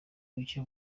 bucye